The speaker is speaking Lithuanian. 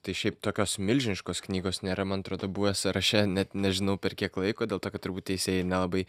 tai šiaip tokios milžiniškos knygos nėra man atrodo buvę sąraše net nežinau per kiek laiko dėl to kad turbūt teisėjai nelabai